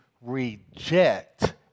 reject